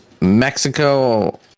mexico